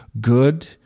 good